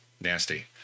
nasty